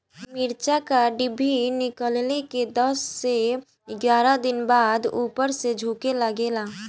मिरचा क डिभी निकलले के दस से एग्यारह दिन बाद उपर से झुके लागेला?